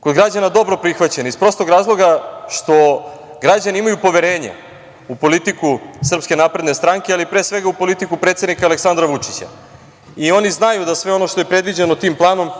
kod građana dobro prihvaćen, iz prostog razloga što građani imaju poverenje u politiku SNS, ali pre svega u politiku predsednika Aleksandra Vučića i oni znaju da sve ono što je predviđeno tim planom